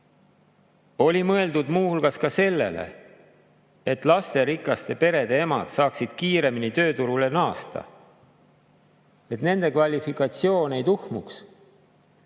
oli mõeldud muu hulgas selleks, et lasterikaste perede emad saaksid kiiremini tööturule naasta, et nende kvalifikatsioon ei tuhmuks.